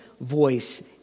voice